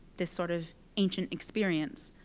this sort of ancient experience,